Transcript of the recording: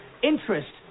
Interest